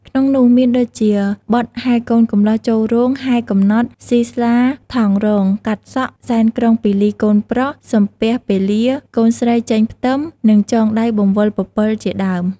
ក្នុងនោះមានដូចជា បទហែកូនកម្លោះចូលរោង ហែកំណត់ សុីស្លាថង់រង កាត់សក់ សែនក្រុងពាលីកូនប្រុស សំពះពេលា កូនស្រីចេញផ្ទឹម និងចងដៃបង្វិលពពិលជាដើម។